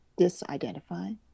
disidentify